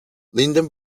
linden